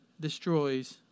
destroys